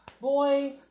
boy